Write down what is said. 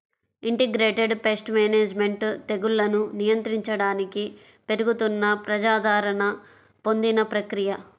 integrated pest management తెగుళ్లను నియంత్రించడానికి పెరుగుతున్న ప్రజాదరణ పొందిన ప్రక్రియ